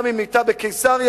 גם אם מיטה בקיסריה,